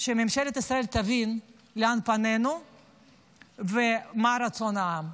ממשלת ישראל תבין לאן פנינו ומה רצון העם.